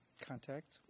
contact